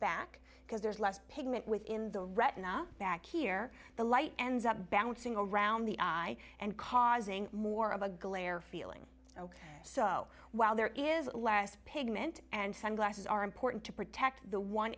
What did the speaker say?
back because there's less pigment within the retina back here the light ends up bouncing around the eye and causing more of a glare feeling ok so while there is less pigment and sunglasses are important to protect the one